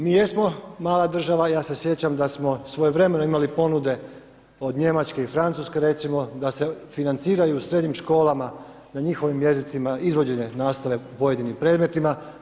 Mi jesmo mala država, ja se sjećam da smo svojevremeno imali ponude od Njemačke i Francuske, recimo da se financiraju u srednjim školama na njihovim jezicima izvođenje nastave u pojedinim predmetima.